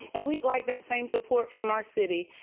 and we like that same support from our city.